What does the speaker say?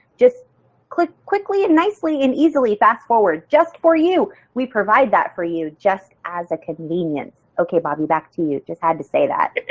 just click quickly and nicely and easily fast forward just for you, we provide that for you just as a convenient. okay bobbi, back to you, just had to say that.